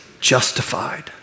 justified